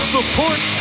Support